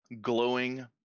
glowing